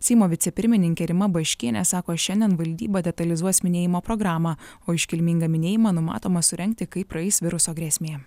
seimo vicepirmininkė rima baškienė sako šiandien valdyba detalizuos minėjimo programą o iškilmingą minėjimą numatoma surengti kai praeis viruso grėsmė